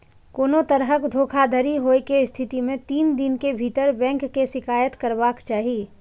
कोनो तरहक धोखाधड़ी होइ के स्थिति मे तीन दिन के भीतर बैंक के शिकायत करबाक चाही